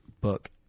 book